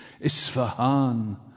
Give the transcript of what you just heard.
Isfahan